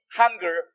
hunger